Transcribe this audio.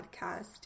podcast